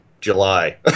July